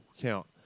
count